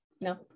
no